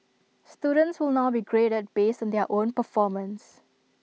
students will now be graded based on their own performance